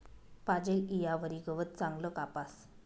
पाजेल ईयावरी गवत चांगलं कापास